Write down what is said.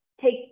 take